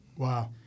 Wow